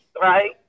right